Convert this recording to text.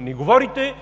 ни говорите,